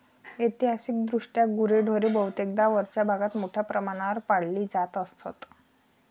ऐतिहासिकदृष्ट्या गुरेढोरे बहुतेकदा वरच्या भागात मोठ्या प्रमाणावर पाळली जात असत